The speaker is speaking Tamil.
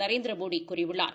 நரேந்திரமோடி கூறியுள்ளார்